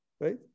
right